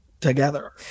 together